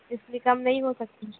اس لیے کم نہیں ہو سکتی